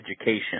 education